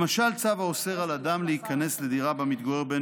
למשל צו האוסר על אדם להיכנס לדירה שבה מתגורר בן